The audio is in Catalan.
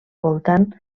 voltant